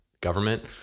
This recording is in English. government